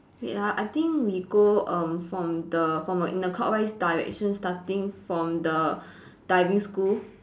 wait ah I think we go um from the from in a clockwise direction starting from the diving school